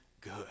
good